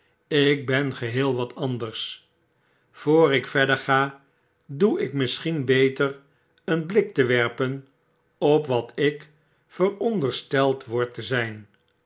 ik ben geheel wat anders voor ik verder ga doe ik misschien beter een blik te werjjen op wat ik verondersteld word te zijn